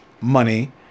money